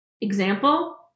Example